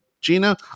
Gina